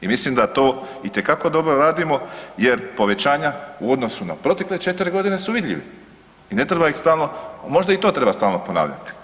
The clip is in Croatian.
I mislim da to itekako dobro radimo jer povećanja u odnosu na protekle četiri godine su vidljivi i ne treba ih stalno, a možda i to treba stalno ponavljati.